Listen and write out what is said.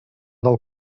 del